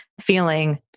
feeling